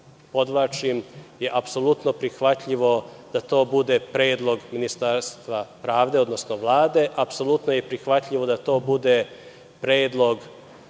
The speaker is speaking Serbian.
podvlačim, je apsolutno prihvatljivo da to bude predlog Ministarstva pravde, odnosno Vlade. Apsolutno je prihvatljivo da to bude predlog